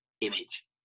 image